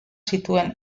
zituen